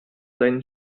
sein